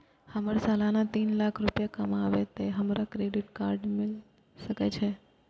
हमर सालाना तीन लाख रुपए कमाबे ते हमरा क्रेडिट कार्ड मिल सके छे?